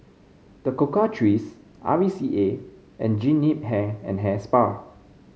The Cocoa Trees R V C A and Jean Yip Hair and Hair Spa